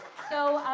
so,